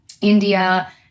India